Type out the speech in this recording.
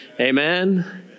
Amen